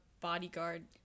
bodyguard